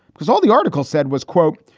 because all the article said was, quote.